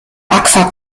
agfa